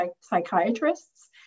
psychiatrists